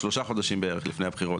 שלושה חודשים בערך לפני הבחירות,